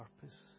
purpose